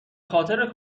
خاطر